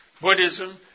Buddhism